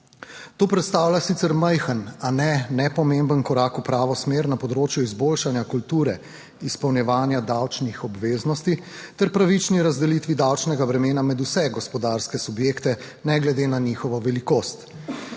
To predstavlja sicer majhen, a ne nepomemben korak v pravo smer na področju izboljšanja kulture izpolnjevanja davčnih obveznosti ter pravični razdelitvi davčnega bremena med vse gospodarske subjekte ne glede na njihovo velikost.